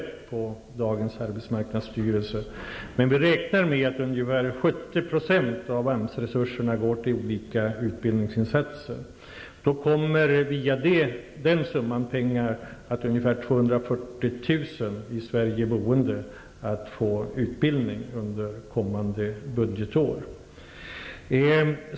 Om vi uppskattar antalet som kommer att gå till utbildning -- det är ju stor självbestämmanderätt på dagens arbetsmarknadsstyrelse -- kommer via den summan pengar ungefär 240 000 människor boende i Sverige att få utbildning under kommande budgetår.